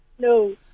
No